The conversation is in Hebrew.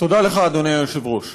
תודה לך, אדוני היושב-ראש.